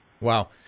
Wow